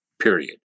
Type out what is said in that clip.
Period